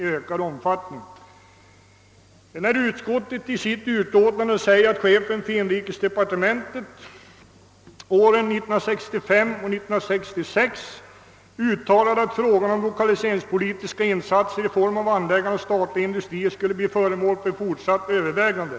Utskottet skriver i sitt utlåtande att chefen för inrikesdepartementet åren 1965 och 1966 uttalade att frågan om lokaliseringspolitiska insatser i form av anläggande av statliga industrier skulle bli föremål för fortsatta överväganden.